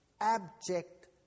abject